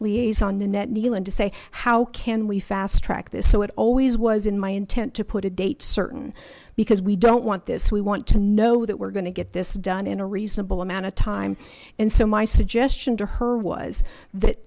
liaison nanette nealon to say how can we fast track this so it always was in my intent to put a date certain because we don't want this we want to know that we're going to get this done in a reasonable amount of time and so my suggestion to her was that